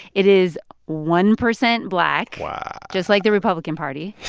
it is one percent black. wow. just like the republican party